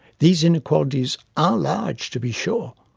these inequalities are large, to be sure.